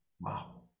Wow